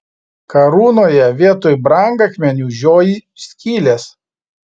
karūnoje vietoj brangakmenių žioji skylės